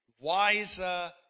wiser